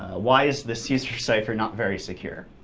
ah why is the caesar cipher not very secure?